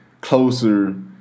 closer